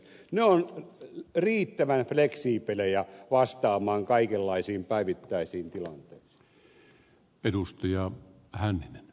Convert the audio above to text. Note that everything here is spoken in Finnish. ne ovat riittävän fleksiibelejä vastaamaan kaikenlaisiin päivittäisiin tilanteisiin